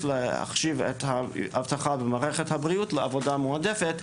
להחשיב את האבטחה במערכת הבריאות לעבודה מועדפת.